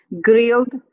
grilled